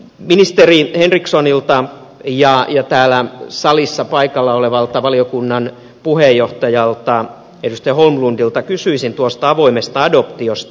ministeri henrikssonilta ja täällä salissa paikalla olevalta valiokunnan puheenjohtajalta edustaja holmlundilta kysyisin avoimesta adoptiosta